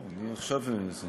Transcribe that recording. אדוני היושב-ראש,